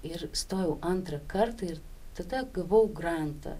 ir stojau antrą kartą ir tada gavau grantą